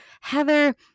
Heather